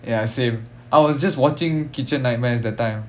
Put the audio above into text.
ya same I was just watching kitchen nightmares that time